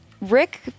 rick